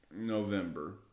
November